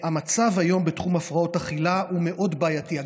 המצב היום בתחום הפרעות אכילה הוא מאוד בעייתי.